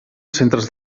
centres